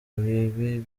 bibi